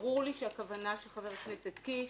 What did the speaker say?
ברור לי שהכוונה של חבר הכנסת קיש